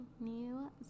New